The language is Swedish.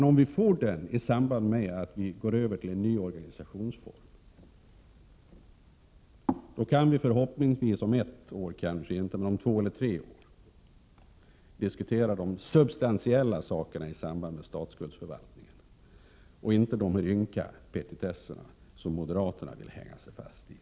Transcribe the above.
Om man får en förändring av huvudmannaskapet i samband med att man går över till en ny organisationsform, kan vi förhoppningsvis, om två eller tre år, diskutera de substantiella frågorna när det gäller statsskuldsförvaltningen, och inte de ynka petitesser som moderaterna i kväll vill hänga sig fast vid.